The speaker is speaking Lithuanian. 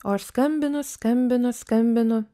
o aš skambinu skambinu skambinu